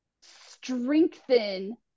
strengthen